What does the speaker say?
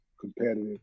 competitive